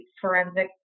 forensic